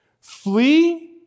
Flee